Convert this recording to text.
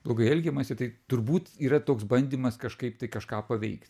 blogai elgiamasi tai turbūt yra toks bandymas kažkaip tai kažką paveikt